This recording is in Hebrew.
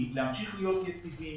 להמשיך להיות יציבים